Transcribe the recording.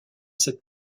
cette